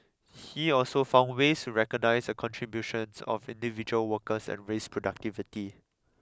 he also found ways to recognise the contributions of individual workers and raise productivity